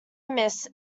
miss